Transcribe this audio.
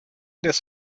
des